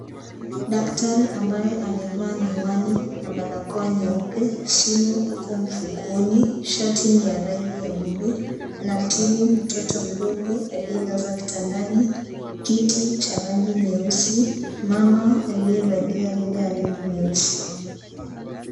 Daktari ambaye amevaa miwani na barakoa nyeupe simu iko mfukoni shati ni ya rangi buluu anamtibu mtoto mdogo aliyelazwa kitandani , kiti cha rangi nyeusi, mama aliyevalia rinda ya rangi nyeusi.